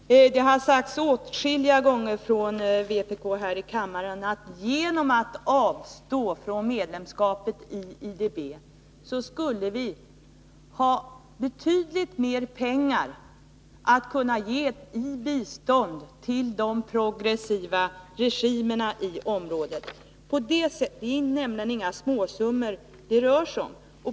Herr talman! Helt kort! Det har sagts åtskilliga gånger från vpk här i kammaren att vi genom att avstå från medlemskapet i IDB skulle ha betydligt mera pengar att ge i bistånd till de progressiva regimerna i området. Det är nämligen inga småsummor det rör sig om.